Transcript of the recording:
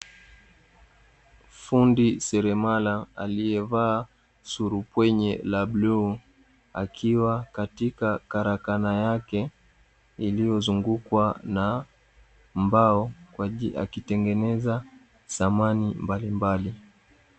Fundi seremala alievaa surukwenye la bluu, akiwa katika karakana yake iliyozungukwa na mbao akitengeneze samani mbalimbali.